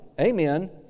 amen